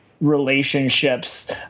relationships